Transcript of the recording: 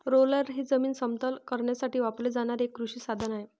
roller हे जमीन समतल करण्यासाठी वापरले जाणारे एक कृषी साधन आहे